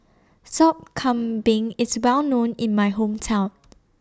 Sop Kambing IS Well known in My Hometown